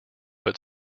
but